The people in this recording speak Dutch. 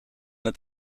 het